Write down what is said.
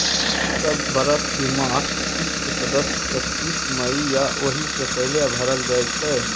सब बरख बीमाक किस्त सदस्य के एकतीस मइ या ओहि सँ पहिने भरल जाइ छै